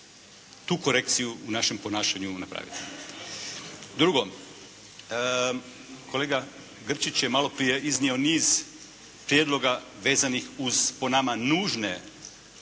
tu korekciju u našem ponašanju napraviti. Drugo, kolega Grčić je maloprije iznio niz prijedloga vezanih uz po nama nužne izmjene